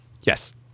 Yes